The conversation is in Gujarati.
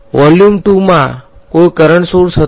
વોલ્યુમ 2 માં કોઈ કરંટ સોર્સ હતો